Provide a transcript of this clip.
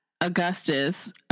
Augustus